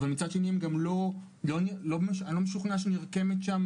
אבל מצד שני אני לא משוכנע שנרקמת שם